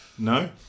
no